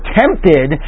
tempted